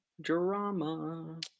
drama